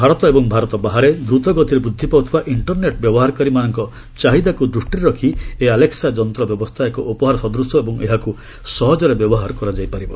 ଭାରତ ଏବଂ ଭାରତ ବାହାରେ ଦ୍ରତଗତିରେ ବୃଦ୍ଧି ପାଉଥିବା ଇଣ୍ଟରନେଟ୍ ବ୍ୟବହାରକାରୀମାନଙ୍କ ଚାହିଦାକୁ ଦୃଷ୍ଟିରେ ରଖି ଏହି ଆଲେକ୍ସା ଯନ୍ତ୍ର ବ୍ୟବସ୍ଥା ଏକ ଉପହାର ସଦୂଶ ଏବଂ ଏହାକୁ ସହଜରେ ବ୍ୟବହାର କରାଯାଇପାରିବ